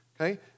Okay